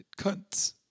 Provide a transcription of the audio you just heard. Cunts